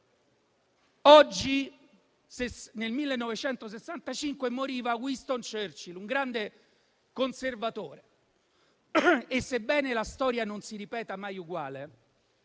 luogo. Nel 1965 moriva Winston Churchill, un grande conservatore. Sebbene la storia non si ripeta mai uguale,